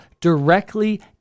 directly